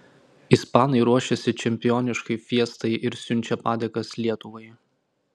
ispanai ruošiasi čempioniškai fiestai ir siunčia padėkas lietuvai